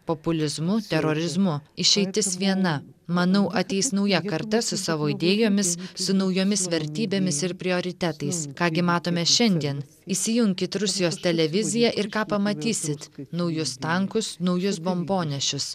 populizmu terorizmu išeitis viena manau ateis nauja karta su savo idėjomis su naujomis vertybėmis ir prioritetais ką gi matome šiandien įsijunkit rusijos televiziją ir ką pamatysit naujus tankus naujus bombonešius